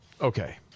Okay